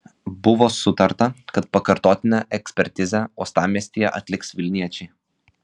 buvo sutarta kad pakartotinę ekspertizę uostamiestyje atliks vilniečiai